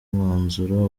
mwanzuro